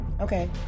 Okay